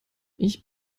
ich